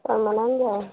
permanent जाय